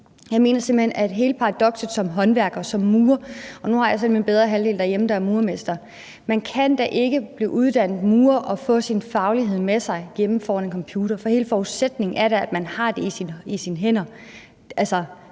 Jeg mener simpelt hen, at hele paradokset som håndværker, som murer – nu har jeg en bedre halvdel derhjemme, der er murermester – er, at man ikke kan blive uddannet murer og få sin faglighed med sig hjemme foran en computer, for hele forudsætningen er da, at man har det i sine hænder.